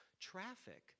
Traffic